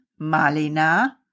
Malina